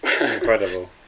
incredible